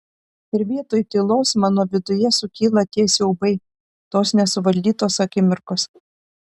ir vietoj tylos mano viduje sukyla tie siaubai tos nesuvaldytos akimirkos